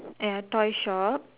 at the toy shop